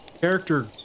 character